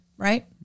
right